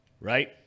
right